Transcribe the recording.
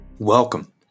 Welcome